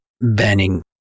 banning